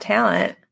Talent